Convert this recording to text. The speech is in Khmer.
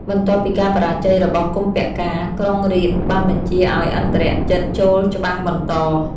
បន្ទាប់ពីការបរាជ័យរបស់កុម្ពកាណ៍ ក្រុងរាពណ៍បានបញ្ជាឱ្យឥន្ទ្រជិតចូលច្បាំងបន្ត។។